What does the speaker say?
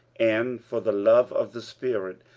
and for the love of the spirit,